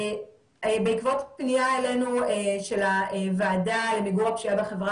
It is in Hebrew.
בעקבות פנייה אלינו של הוועדה למיגור הפשיעה בחברה